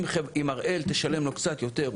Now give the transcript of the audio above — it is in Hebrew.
אם הראל תשלם לו קצת יותר,